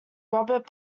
robert